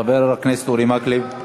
חבר הכנסת אורי מקלב.